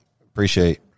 appreciate